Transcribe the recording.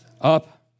up